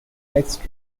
next